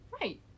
Right